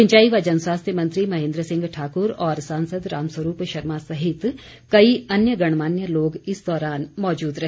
सिंचाई व जनस्वास्थ्य मंत्री महेन्द्र सिंह ठाक्र और सांसद रामस्वरूप शर्मा सहित कई अन्य गणमान्य लोग इस दौरान मौजूद रहे